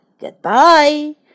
goodbye